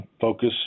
focus